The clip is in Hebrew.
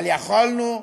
אבל יכולנו,